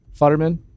Futterman